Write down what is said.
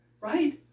right